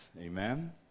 Amen